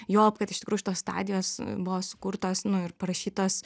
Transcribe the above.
juolab kad iš tikrųjų šitos stadijos buvo sukurtos nu ir parašytos